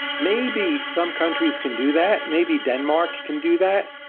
maybe some countries can do that. maybe denmark can do that.